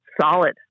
solid